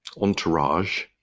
entourage